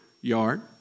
yard